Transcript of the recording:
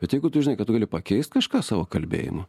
bet jeigu tu žinai kad tu gali pakeist kažką savo kalbėjimu